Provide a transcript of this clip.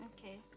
okay